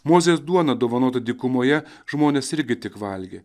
mozės duoną dovanotą dykumoje žmonės irgi tik valgė